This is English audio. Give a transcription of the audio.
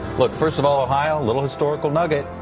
look, first of all, ohio, little historical nugget.